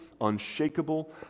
unshakable